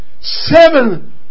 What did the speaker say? Seven